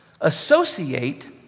associate